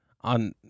On